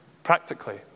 Practically